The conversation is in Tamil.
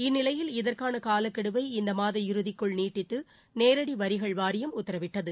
இந்நிலையில் இதற்கான காலக்கெடுவை இந்த மாத இறுதிக்கு நீட்டித்து நேரடி வரிகள் வாரியம் உத்தரவிட்டது